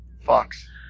Fox